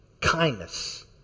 kindness